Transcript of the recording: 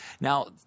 now